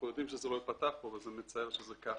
אנחנו יודעים שזה לא ייפתח פה אבל זה מצער שזה ככה.